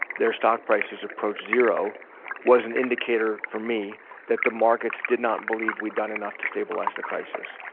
their stock prices approach zero was an indicator for me that the markets did not believe we'd done enough to stabilize the crisis.